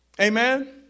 Amen